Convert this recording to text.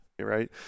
right